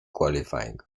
qualifying